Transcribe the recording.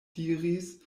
diris